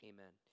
Amen